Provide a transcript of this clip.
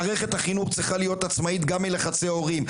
מערכת החינוך צריכה להיות עצמאית גם מלחצי הורים.